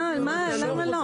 מה, למה לא?